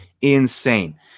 insane